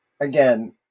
again –